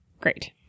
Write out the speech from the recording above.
Great